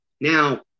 now